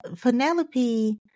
Penelope